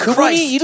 Christ